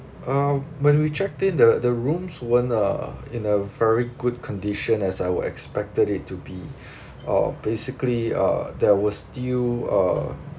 uh when we check in the the rooms weren't uh in a very good condition as I would expected it to be uh basically uh there was still uh